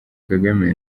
kagame